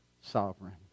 sovereign